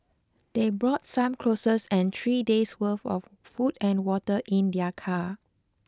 they brought some clothes and three days' worth of food and water in their car